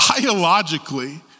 biologically